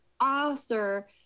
author